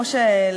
בהרבה מהן,